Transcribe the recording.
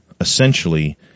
essentially